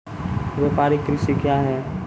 व्यापारिक कृषि क्या हैं?